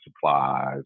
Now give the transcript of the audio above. supplies